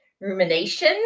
rumination